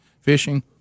fishing